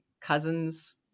Cousins